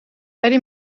eddy